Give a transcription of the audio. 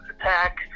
attack